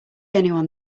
anyone